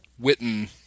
Witten